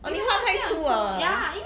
orh 你放太粗 liao ah